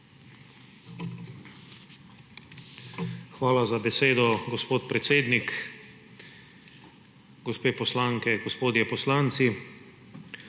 Hvala za besedo, gospod predsednik. Gospe poslanke, gospodje poslanci!